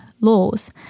laws